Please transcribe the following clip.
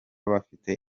bafite